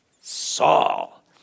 Saul